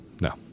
no